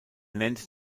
nennt